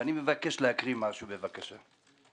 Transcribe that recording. אני מבקש להקריא משהו, בבקשה.